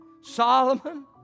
Solomon